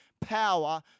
power